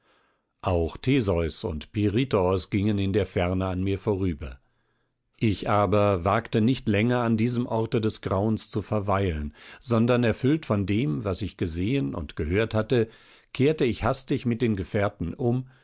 auch theseus und pirithoos gingen in der ferne an mir vorüber ich aber wagte nicht länger an diesem orte des grauens zu verweilen sondern erfüllt von dem was ich gesehen und gehört hatte kehrte ich hastig mit den gefährten um